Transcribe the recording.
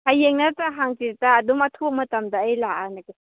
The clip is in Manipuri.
ꯍꯌꯦꯡ ꯅꯠꯇ꯭ꯔ ꯍꯥꯡꯆꯤꯠꯇ ꯑꯗꯨꯝ ꯑꯊꯨꯕ ꯃꯇꯝꯗ ꯑꯩ ꯂꯥꯛꯑꯅꯤ